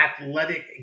athletic